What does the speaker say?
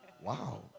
wow